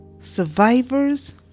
Survivors